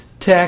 tech